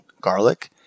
garlic